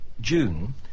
June